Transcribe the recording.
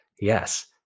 yes